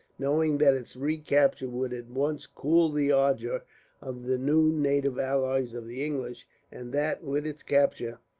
knowing that its recapture would at once cool the ardour of the new native allies of the english and that, with its capture,